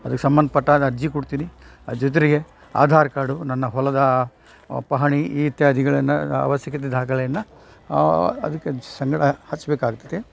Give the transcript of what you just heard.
ಅದಕ್ಕೆ ಸಂಬಂಧಪಟ್ಟಾದ ಅರ್ಜಿ ಕೊಡ್ತೀನಿ ಅದು ಜೊತೆಗೆ ಆಧಾರ್ ಕಾರ್ಡು ನನ್ನ ಹೊಲದಾ ಪಹಣಿ ಇತ್ಯಾದಿಗಳನ್ನ ಆವಶ್ಯಕತೆ ದಾಖಲೆಯನ್ನ ಅದಕ್ಕೆ ಸಂಗಡ ಹಚ್ಬೇಕಾಗ್ತದೆ